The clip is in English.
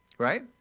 right